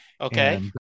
Okay